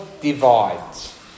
divides